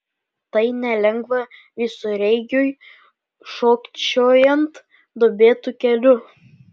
tai nelengva visureigiui šokčiojant duobėtu keliu